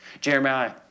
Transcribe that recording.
Jeremiah